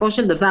בסופו של דבר,